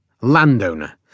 landowner